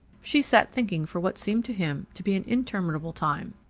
she sat thinking for what seemed to him to be an interminable time.